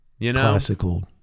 classical